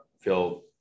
feel